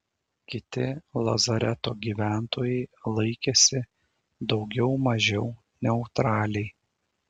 kiti lazareto gyventojai laikėsi daugiau mažiau neutraliai